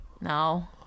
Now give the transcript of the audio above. No